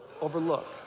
Overlook